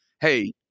hey